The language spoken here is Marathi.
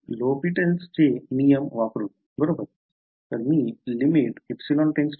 Lhopital's चे नियम बरोबर